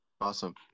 Awesome